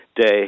day